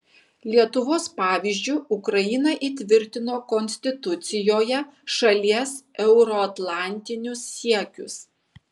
lietuvos pavyzdžiu ukraina įtvirtino konstitucijoje šalies euroatlantinius siekius